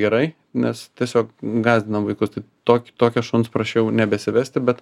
gerai nes tiesiog gąsdinam vaikus tai tokį tokio šuns prašiau nebesivesti bet